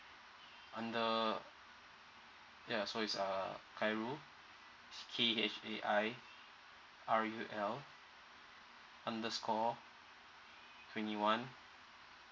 under ya so it's a khairul K H A I R U L underscore twenty one